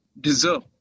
deserve